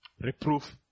Reproof